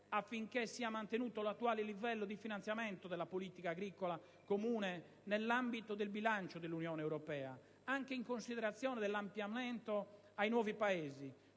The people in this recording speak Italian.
affinché sia mantenuto l'attuale livello di finanziamento della politica agricola comune nell'ambito del bilancio dell'Unione europea, anche in considerazione dell'ampliamento ai nuovi Paesi.